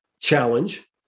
challenge